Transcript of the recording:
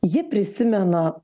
jie prisimena